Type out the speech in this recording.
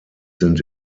sind